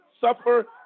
suffer